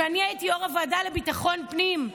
כשאני הייתי יו"ר הוועדה לביטחון פנים,